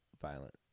violent